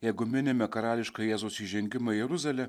jeigu minime karališką jėzaus įžengimą į jeruzalę